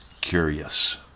curious